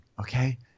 okay